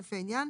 לפי העניין,